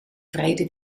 wrede